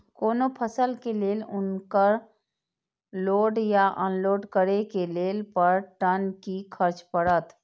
कोनो फसल के लेल उनकर लोड या अनलोड करे के लेल पर टन कि खर्च परत?